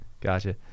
Gotcha